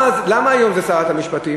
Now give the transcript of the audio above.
למה היום זה שרת המשפטים?